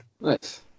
Nice